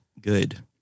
good